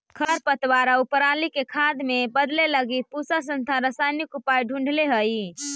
खरपतवार आउ पराली के खाद में बदले लगी पूसा संस्थान रसायनिक उपाय ढूँढ़ले हइ